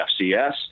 FCS